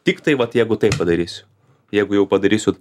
tiktai vat jeigu taip padarysiu jeigu jau padarysiu